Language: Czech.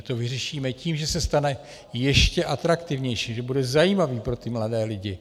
To vyřešíme tím, že se stane ještě atraktivnější, že bude zajímavý pro mladé lidi.